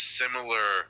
similar